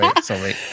Sorry